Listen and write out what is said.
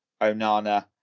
Onana